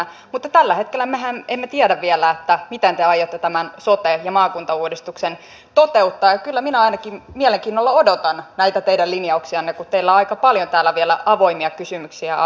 mutta tällä hetkellähän me emme tiedä vielä miten te aiotte tämän sote ja maakuntauudistuksen toteuttaa ja kyllä minä ainakin mielenkiinnolla odotan näitä teidän linjauksianne kun teillä on aika paljon täällä vielä kysymyksiä auki